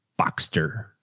Boxster